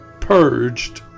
purged